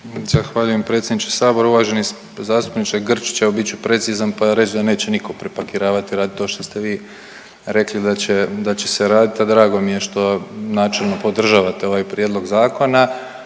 Zahvaljujem predsjedniče sabora. Uvaženi zastupniče Grčić, evo bit ću precizan pa reći da neće nitko prepakiravati i radit to što ste vi rekli da će, da će se raditi, a drago mi je što načelno podržavate ovaj prijedlog zakona.